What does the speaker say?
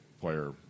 player